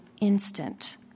instant